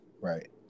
Right